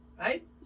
right